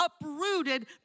uprooted